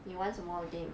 你玩什么 game